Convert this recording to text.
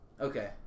Okay